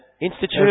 Institute